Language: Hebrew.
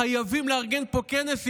חייבים לארגן פה כנס,